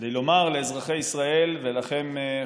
כדי לומר לאזרחי ישראל ולכם,